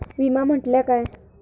विमा म्हटल्या काय?